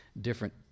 different